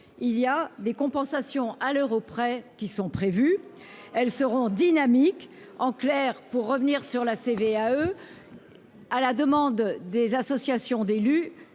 il y a des compensations à l'euro près qui sont prévues, elles seront dynamique en clair pour revenir sur la CVAE à la demande des associations d'élus,